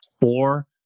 four